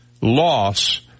loss